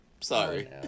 Sorry